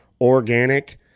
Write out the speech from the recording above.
organic